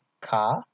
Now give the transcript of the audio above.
car